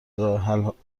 راهحلهایشان